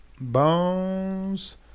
Bones